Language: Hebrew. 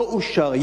לא אושר.